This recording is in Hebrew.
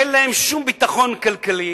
אין להם שום ביטחון כלכלי,